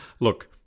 look